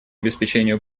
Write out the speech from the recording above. обеспечению